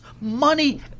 money